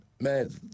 man